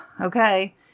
okay